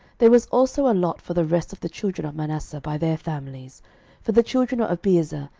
there was also a lot for the rest of the children of manasseh by their families for the children of abiezer,